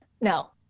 No